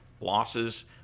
losses